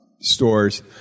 stores